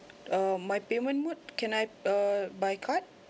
uh my payment mode can I uh by card